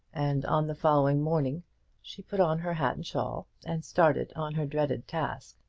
and on the following morning she put on her hat and shawl, and started on her dreaded task.